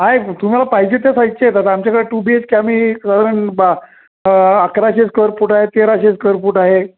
आहे तुम्हाला पाहिजे ते साइजचे आता आमच्याकडे टू बी एच के आम्ही साधारण बा अकराशे स्क्वेअरफूट आहे तेराशे स्क्वेअरफूट आहे